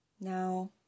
Now